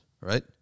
right